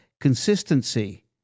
consistency